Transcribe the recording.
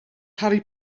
harry